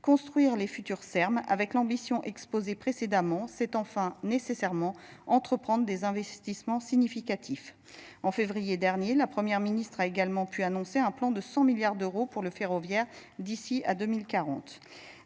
Construire Les futurs ermes avec l'ambition exposée précédemment c'est enfin nécessairement entreprendre des investissements significatifs en février dernier la première ministre a également puu annoncer un plan de cent milliards d'euros pour le ferroviaire d'ici à deux